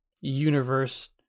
universe